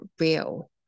real